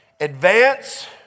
Advance